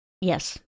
Yes